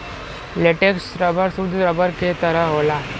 latex rubber सुद्ध rubber के तरह होला